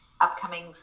upcoming